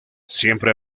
siempre